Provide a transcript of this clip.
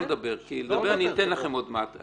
לא לדבר כי לדבר אני אתן לכם עוד מעט.